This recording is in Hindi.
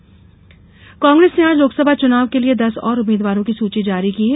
कांग्रेस सूची कांग्रेस ने आज लोकसभा चुनाव के लिए दस और उम्मीदवारों की सूची जारी की है